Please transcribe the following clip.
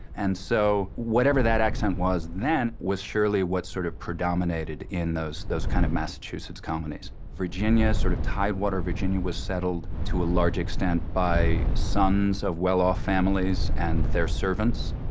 and so, whatever that accent was then, was surely what sort of predominated in those those kind of massachusetts colonies. virginia, sort of tidewater, virginia was settled to a large extent by sons of well-off families and their servants.